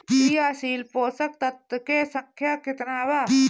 क्रियाशील पोषक तत्व के संख्या कितना बा?